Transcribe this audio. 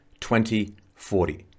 2040